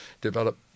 develop